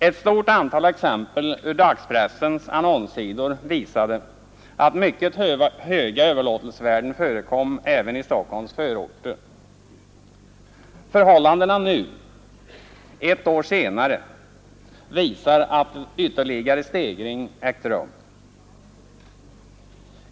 Ett stort antal exempel ur dagspressens annonssidor visade att mycket höga överlåtelsevärden förekom även i Stockholms förorter. Förhållandena nu, ett år senare, visar att ytterligare stegring ägt rum.